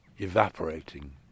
evaporating